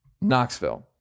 Knoxville